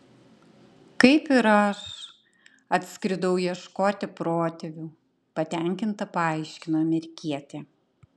kaip ir aš atskridau ieškoti protėvių patenkinta paaiškino amerikietė